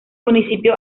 municipio